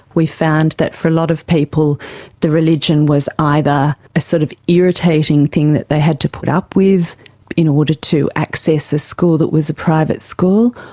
we found that for a lot of people the religion was either a sort of irritating thing that they had to put up with in order to access a school that was a private school,